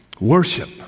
Worship